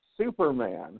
Superman